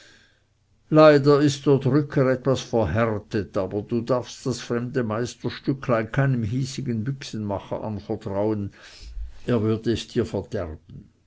leider ist der drücker etwas verhärtet aber du darfst das fremde meisterstücklein keinem hiesigen büchsenmacher anvertrauen er würde dir es verderben